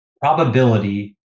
probability